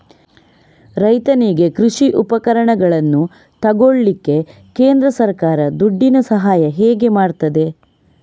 ರೈತನಿಗೆ ಕೃಷಿ ಉಪಕರಣಗಳನ್ನು ತೆಗೊಳ್ಳಿಕ್ಕೆ ಕೇಂದ್ರ ಸರ್ಕಾರ ದುಡ್ಡಿನ ಸಹಾಯ ಹೇಗೆ ಮಾಡ್ತದೆ?